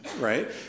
right